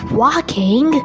walking